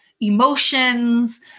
emotions